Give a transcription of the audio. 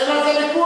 אין על זה ויכוח.